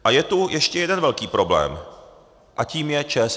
A je tu ještě jeden velký problém a tím je ČSSD.